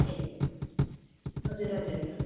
ए ए हजुर हजुर